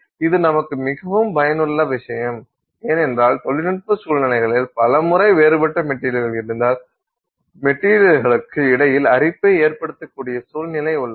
இது நமக்கு மிகவும் பயனுள்ள விஷயம் ஏனென்றால் தொழில்நுட்ப சூழ்நிலைகளில் பல முறை வேறுபட்ட மெட்டீரியல்கள் இருந்தால் மெட்டீரியல்களுக்கு இடையில் அரிப்பை ஏற்படுத்தக்கூடிய சூழ்நிலை உள்ளது